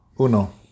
Uno